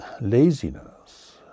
laziness